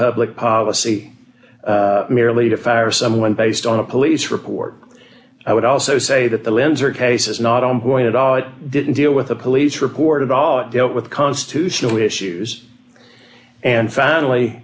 public policy merely to fire someone based on a police report i would also say that the lens or case is not on point at all it didn't deal with a police report at all it dealt with constitutional issues and finally